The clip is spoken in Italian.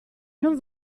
non